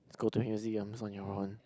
just go to museums on your own